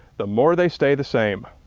the more they stay the same.